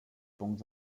punkt